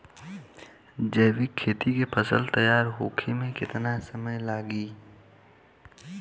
जैविक खेती के फसल तैयार होए मे केतना समय लागी?